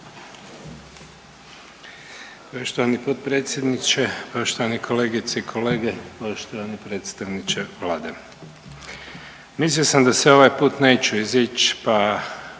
Poštovani potpredsjedniče, poštovane kolegice i kolege, poštovani predstavniče Vlade. Mislio sam da se ovaj put neću izić pa